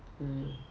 mm